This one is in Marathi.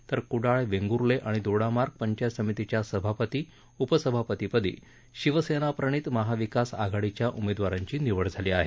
तर कुडाळ वेंगूर्ले आणि दोडामार्ग पंचायत समितीच्या सभापती उपसभापतीपदी शिवसेनाप्रणित महाविकास आघाडीच्या उमेदवारांची निवड झाली आहे